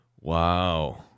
Wow